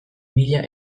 mila